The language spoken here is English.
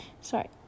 Sorry